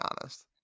honest